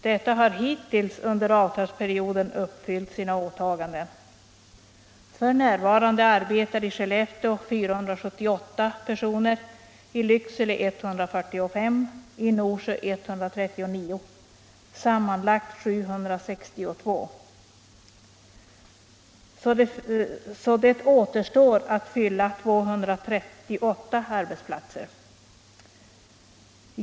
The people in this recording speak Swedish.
Detta har hittills under avtalsperioden uppfyllt sina åtaganden. F.n. arbetar i Skellefteå 478 personer, i Lycksele 145 och i Norsjö 139. Det blir sammanlagt 762 personer, så det återstår att ordna 238 arbetsplatser.